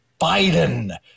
Biden